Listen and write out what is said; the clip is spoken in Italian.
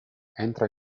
entra